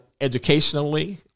educationally